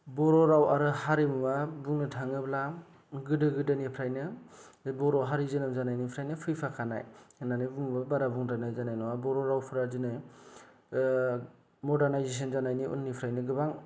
बर' राव आरो हारिमुआ बुंनो थाङोब्ला गोदो गोदोनिफ्रायनो बे बर' हारि जोनोम जानायनिफ्रायनो फैफाखानाय होन्नानै बुङोब्ला बारा बुंद्रायनाय जानाय नङा बर' रावफ्रा दिनै मदार्नायजेसन जानायनि उन्निफ्रायनो गोबां